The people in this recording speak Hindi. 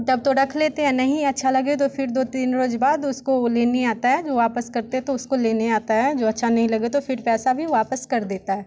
तब तो रख लेते हैं नहीं अच्छा लगे तो फिर दो तीन रोज बाद उसको लेने आता है जो वापस करते है तो उसको लेने आता है जो अच्छा नहीं लगे तो फिर पैसा भी वापस कर देता है